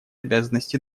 обязанности